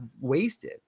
wasted